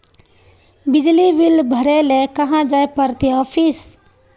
बिजली बिल भरे ले कहाँ जाय पड़ते ऑफिस?